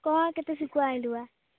କ'ଣ କେତେ ଶୁଖୁଆ ଆଇଁଲୁ ବା